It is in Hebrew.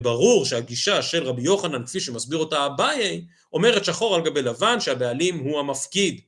ברור שהגישה של רבי יוחנן, כפי שמסביר אותה אבאי, אומרת שחור על גבי לבן שהבעלים הוא המפקיד.